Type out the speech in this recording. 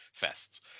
fests